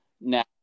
now